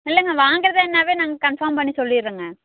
இல்லைங்க வாங்குறதுன்னாவே நாங்கள் கன்ஃபார்ம் பண்ணி சொல்லிடறேங்க